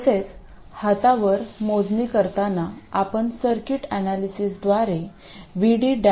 तसेच हातवर मोजणी करताना आपण सर्किट अनालिसीसद्वारे VD 0